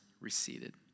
receded